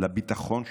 לביטחון שלהם.